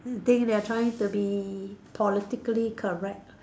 this thing they are trying to be politically correct